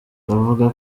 bavuga